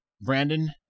Brandon